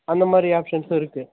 அந்தமாதிரி ஆப்ஷன்ஸ்ஸும் இருக்குது